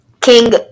King